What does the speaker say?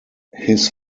his